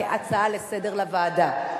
כהצעה לסדר-היום לוועדה.